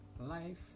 life